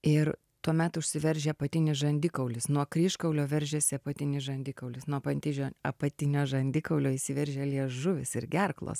ir tuomet užsiveržia apatinis žandikaulis nuo kryžkaulio veržiasi apatinis žandikaulis nuo pantižio apatinio žandikaulio įsiveržia liežuvis ir gerklos